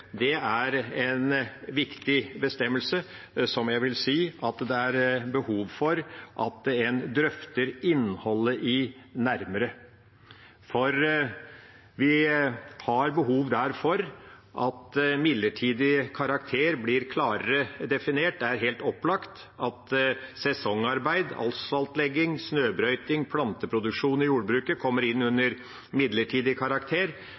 en viktig bestemmelse, som jeg vil si at det er behov for at en drøfter innholdet i nærmere, for vi har behov for at «midlertidig karakter» blir klarere definert. Det er helt opplagt at sesongarbeid, asfaltlegging, snøbrøyting og planteproduksjon i jordbruket kommer inn under «midlertidig karakter»,